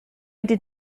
did